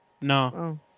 No